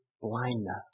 blindness